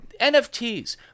NFTs